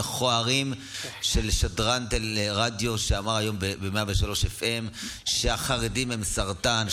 המכוערים של שדרן רדיו שאמר היום ב-FM103 שהחרדים הם סרטן.